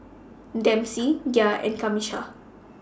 Dempsey Gia and Camisha